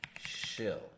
shill